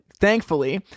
thankfully